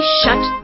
shut